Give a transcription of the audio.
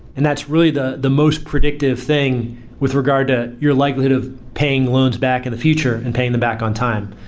and that's really the the most predictive thing with regard to your likelihood of paying loans back in the future and paying them back on time.